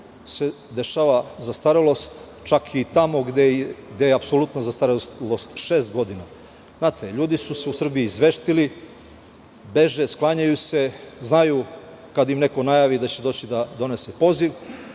se dešava zastarelost čak i tamo gde je apsolutna zastarelost šest godina. Znate, ljudi su se u Srbiji izveštili, beže, sklanjaju se, znaju kad im neko najavi da će doći da donese poziv